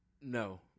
no